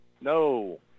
no